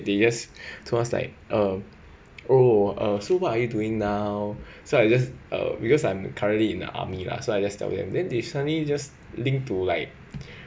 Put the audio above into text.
they just to us like um oh uh so what are you doing now so I just uh because I'm currently in army lah so I just tell them then they suddenly just linked to like